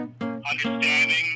understanding